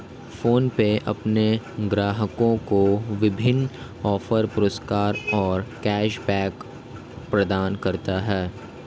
PhonePe अपने ग्राहकों को विभिन्न ऑफ़र, पुरस्कार और कैश बैक प्रदान करता है